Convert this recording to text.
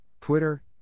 Twitter